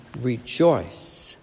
Rejoice